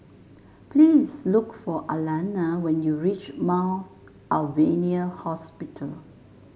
please look for Alana when you reach Mount Alvernia Hospital